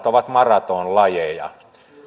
ovat maratonlajeja